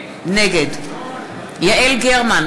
נגד יעל גרמן,